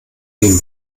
den